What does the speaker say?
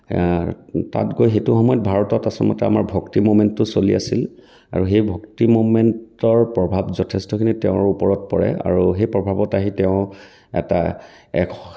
তাত গৈ সেইটো সময়ত ভাৰতত আচলতে আমাৰ ভক্তি ম'ভমেণ্টটো চলি আছিল আৰু সেই ভক্তি ম'ভমেণ্টৰ প্ৰভাৱ যথেষ্টখিনি তেওঁৰ ওপৰত পৰে আৰু সেই প্ৰভাৱত আহি তেওঁ এটা এক